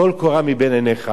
טול קורה מבין עיניך.